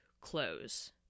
close